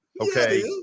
Okay